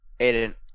Aiden